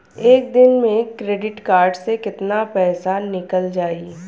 एक दिन मे क्रेडिट कार्ड से कितना पैसा निकल जाई?